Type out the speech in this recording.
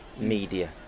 media